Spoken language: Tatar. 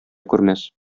күрмәс